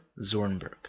Zornberg